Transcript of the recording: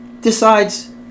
decides